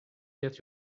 get